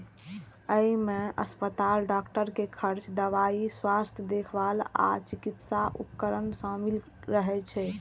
अय मे अस्पताल, डॉक्टर के खर्च, दवाइ, स्वास्थ्य देखभाल आ चिकित्सा उपकरण शामिल रहै छै